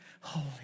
holy